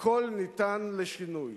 הכול ניתן לשינוי,